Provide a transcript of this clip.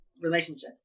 relationships